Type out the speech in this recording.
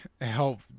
help